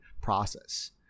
process